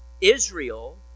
Israel